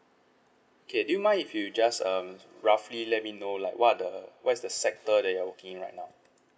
okay do you mind if you just um roughly let me know like what are the what is the sector that you are working right now